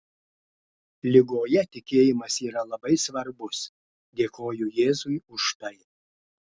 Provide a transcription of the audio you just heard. ligoje tikėjimas yra labai svarbus dėkoju jėzui už tai